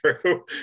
true